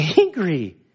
angry